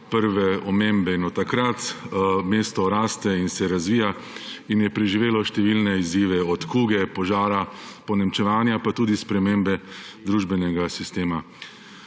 prve omembe in od takrat mesto raste in se razvija in je preživelo številne izzive, od kuge, požara, ponemčevanja, pa tudi spremembe družbenega sistema.